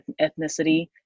ethnicity